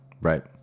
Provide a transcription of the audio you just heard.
Right